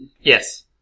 Yes